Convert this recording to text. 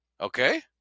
okay